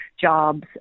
jobs